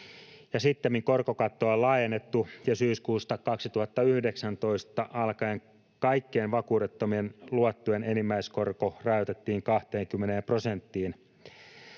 Sittemmin korkokattoa on laajennettu, ja syyskuusta 2019 alkaen kaikkien vakuudettomien luottojen enimmäiskorko rajoitettiin 20 prosenttiin.